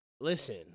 listen